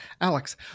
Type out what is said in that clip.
Alex